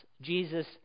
Jesus